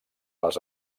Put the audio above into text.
les